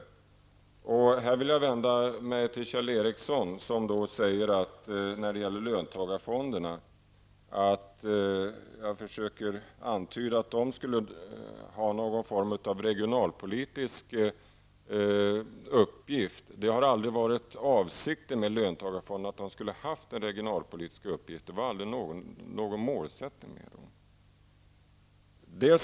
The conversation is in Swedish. Jag vill i detta sammanhang vända mig till Kjell Ericsson, som säger att jag försöker antyda att löntagarfonderna skulle ha någon form av regionalpolitisk uppgift. Det har aldrig varit avsikten med löntagarfonderna att de skulle ha en regionalpolitisk uppgift. Det var heller aldrig någon målsättning.